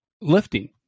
lifting